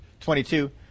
22